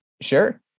Sure